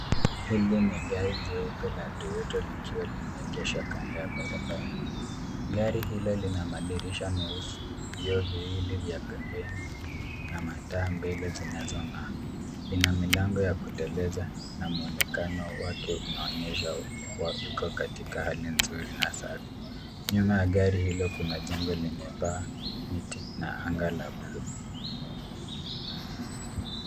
Hili ni gari jeupe la Toyota likiwa limeegeshwa kando ya barabara. Gari hilo lina madirisha meusi, vioo viwili vya pembeni na mataa mbele zinazong'aa. Lina milango ya kuteleza na muonekano wake unaonyesha kuwa uko katika hali nzuri na safi. Nyuma ya gari hilo kuna jengo lenye paa, miti na anga la bluu.